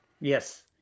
Yes